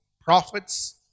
prophets